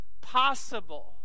possible